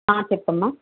ఆ చెప్పమ్మా